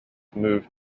moved